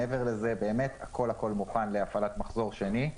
מעבר לזה, הכל הכל מוכן להפעלת מחזור שני,